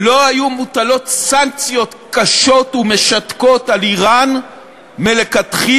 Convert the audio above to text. לא היו מוטלות סנקציות קשות ומשתקות על איראן מלכתחילה,